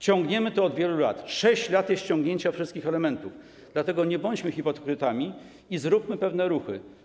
Ciągniemy to od wielu lat, 6 lat ciągniemy wszystkie elementy, dlatego nie bądźmy hipokrytami i zróbmy pewne ruchy.